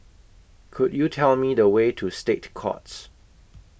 Could YOU Tell Me The Way to State Courts